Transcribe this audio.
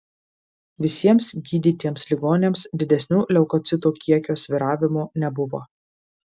visiems gydytiems ligoniams didesnių leukocitų kiekio svyravimų nebuvo